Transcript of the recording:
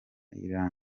iryn